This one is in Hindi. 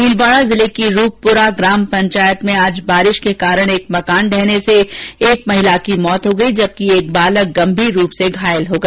भीलवाड़ा जिले की रूपपुरा ग्राम पंचायत में आज बारिश के कारण एक मकान ढहने से एक महिला की मौत हो गई जबकि एक बालक गंभीर रूप से घायल हो गया